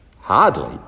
Hardly